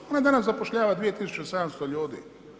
Ona danas zapošljava 2700 ljudi.